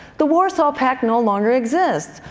the warsaw pact and longer exists.